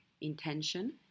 intention